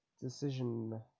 decision